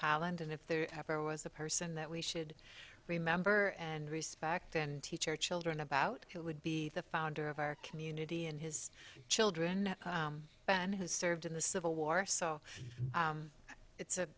holland and if there ever was a person that we should remember and respect and teach our children about it would be the founder of our community and his children who served in the civil war so it's a